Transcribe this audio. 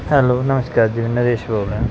hello ਨਮਸਕਾਰ ਜੀ ਨਰੇਸ਼ ਬੋਲ ਰਿਹਾ